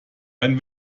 ein